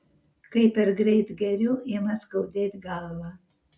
kai per greit geriu ima skaudėt galvą